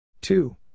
Two